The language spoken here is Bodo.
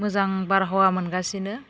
मोजां बारहावा मोनगासिनो